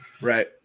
Right